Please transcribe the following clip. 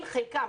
חלקם.